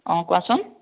অঁ কোৱাচোন